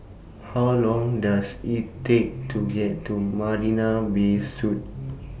How Long Does IT Take to get to Marina Bay Suites